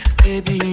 baby